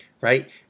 right